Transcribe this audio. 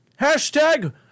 Hashtag